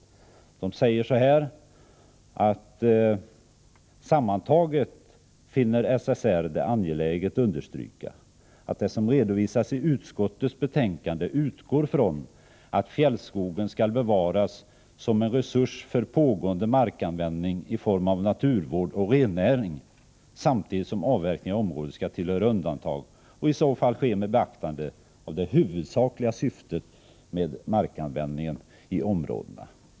Man säger att SSR sammantaget finner det angeläget understryka att det som redovisas i utskottets betänkande utgår från att fjällskogen skall bevaras som en resurs för pågående markanvändning i form av naturvård och rennäring samtidigt som avverkning av området skall tillhöra undantagen och i så fall ske med beaktande av det huvudsakliga syftet med markanvändningen i områdena.